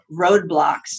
roadblocks